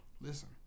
listen